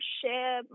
share